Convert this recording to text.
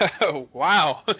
Wow